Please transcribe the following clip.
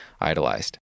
idolized